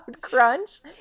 crunch